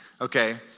Okay